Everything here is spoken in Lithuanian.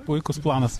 puikus planas